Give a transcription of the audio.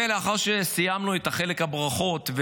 לאחר שסיימנו את חלק הברכות,